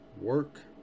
work